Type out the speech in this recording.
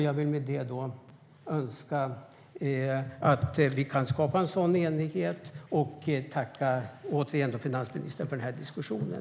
Jag önskar att vi kan skapa en sådan enighet, och jag vill återigen tacka finansministern för diskussionen.